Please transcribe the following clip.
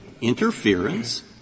interference